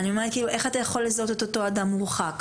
אני אומרת איך אתה יכול לזהות את אותו אדם מורחק?